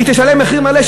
היא תשלם מחיר מלא,